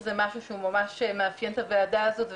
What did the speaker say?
שזה משהו שהוא ממש מאפיין את הוועדה הזאת,